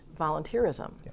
volunteerism